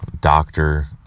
doctor